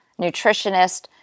nutritionist